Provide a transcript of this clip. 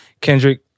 Kendrick